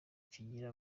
kigira